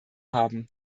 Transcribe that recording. haben